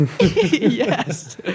Yes